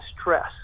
stress